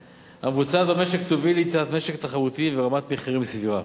המבוצעת במשק תוביל ליצירת משק תחרותי ורמת מחירים סבירה.